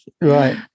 Right